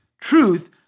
truth